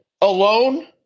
alone